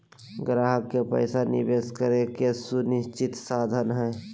ग्राहक के पैसा निवेश करे के सुनिश्चित साधन हइ